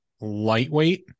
lightweight